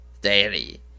daily